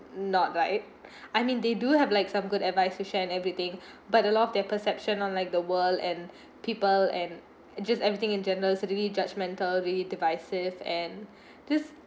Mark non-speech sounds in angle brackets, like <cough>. not like <breath> I mean they do have like some good advice to share and everything <breath> but a lot of their perception on like the world and people and just everything in general suddenly judgmental really divisive and <breath> this